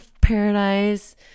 paradise